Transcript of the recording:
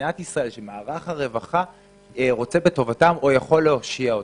שמערך הרווחה רוצה בטובתם או יכול להושיע אותם.